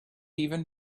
even